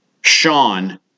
Sean